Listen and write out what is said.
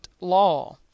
law